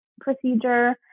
procedure